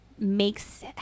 makes